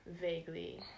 vaguely